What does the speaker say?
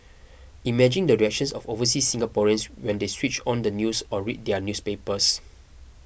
imagine the reactions of overseas Singaporeans when they switched on the news or read their newspapers